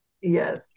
Yes